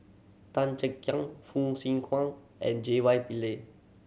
Tan Chay Yan Fong Swee Suan and J Y Pillay